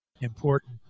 important